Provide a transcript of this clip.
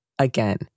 Again